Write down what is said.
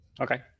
Okay